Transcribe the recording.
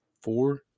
four